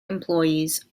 employees